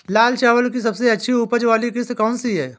लाल चावल की सबसे अच्छी उपज वाली किश्त कौन सी है?